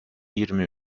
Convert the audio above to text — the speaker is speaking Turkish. yirmi